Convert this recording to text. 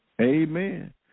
amen